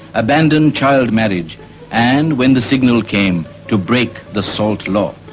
abandon child marriage and, when the signal came, to break the salt law.